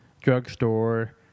drugstore